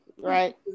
right